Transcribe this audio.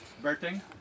Berting